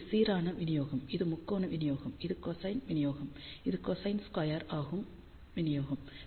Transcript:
இது சீரான விநியோகம் இது முக்கோண விநியோகம் இது கொசைன் விநியோகம் இது கொசைன் ஸ்கொயர் ஆகும் விநியோகம்